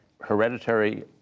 hereditary